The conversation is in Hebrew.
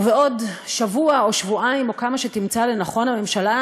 ובעוד שבוע או שבועיים או כמה שתמצא לנכון הממשלה,